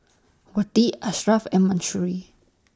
Wati Ashraf and Mahsuri